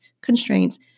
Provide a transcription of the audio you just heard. constraints